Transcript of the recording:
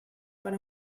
per